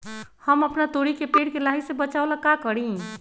हम अपना तोरी के पेड़ के लाही से बचाव ला का करी?